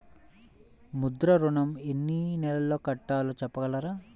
ముద్ర ఋణం ఎన్ని నెలల్లో కట్టలో చెప్పగలరా?